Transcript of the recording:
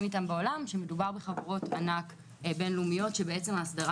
איתם בעולם כשמדובר בחברות ענק בין לאומיות שההסדרה